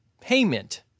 payment